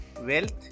Wealth